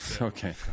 Okay